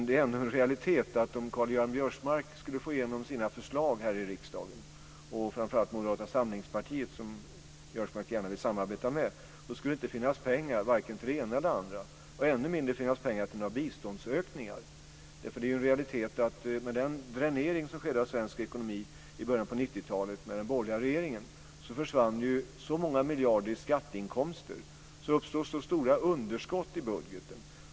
Det är en realitet att om Karl-Göran Biörsmark skulle få igenom sina förslag här i riksdagen - framför allt de förslag som kommer från Moderata samlingspartiet, som Biörsmark så gärna vill samarbeta med - skulle det inte finnas pengar till vare sig det ena eller det andra. Ännu mindre skulle det finnas pengar till några biståndsökningar. Det är en realitet att med den dränering av svensk ekonomi som skedde med den borgerliga regeringen i början på 90-talet försvann många miljarder i skatteinkomster. Det uppstod stora underskott i budgeten.